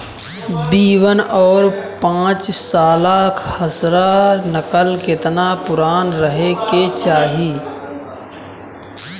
B one और पांचसाला खसरा नकल केतना पुरान रहे के चाहीं?